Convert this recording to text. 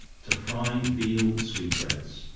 to fry veal sweet breads.